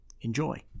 Enjoy